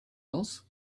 else